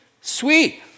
Sweet